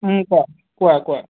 কোৱা কোৱা কোৱা